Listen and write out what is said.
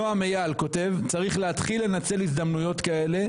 נעם אייל כותב: צריך להתחיל לנצל הזדמנויות כאלה,